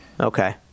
Okay